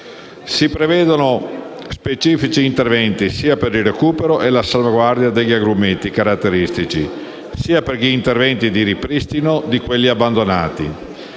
Si prevedono specifici interventi sia per il recupero e la salvaguardia degli agrumeti caratteristici sia per gli interventi di ripristino di quelli abbandonati.